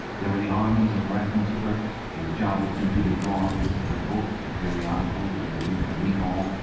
there were the armies of reference clerks whose job was simply to draw up lists of books and periodicals which were due for recall.